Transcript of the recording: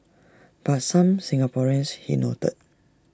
but some Singaporeans he noted